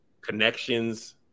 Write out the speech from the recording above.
connections